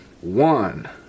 One